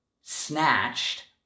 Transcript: snatched